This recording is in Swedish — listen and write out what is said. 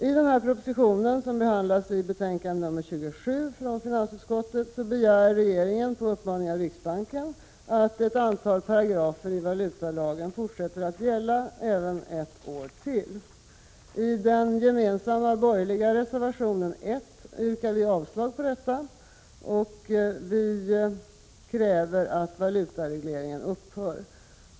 I den proposition som behandlas i finansutskottets betänkande 27 begär regeringen på uppmaning av riksbanken att ett antal paragrafer i valutalagen skall fortsätta att gälla ett år till. I den gemensamma borgerliga reservationen 1 yrkar vi avslag på detta och kräver att valutaregleringen upphör.